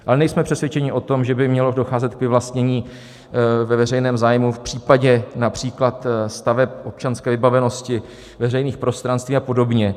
Ale nejsme přesvědčeni o tom, že by mělo docházet k vyvlastnění ve veřejném zájmu v případě například staveb občanské vybavenosti, veřejných prostranství a podobně.